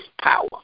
power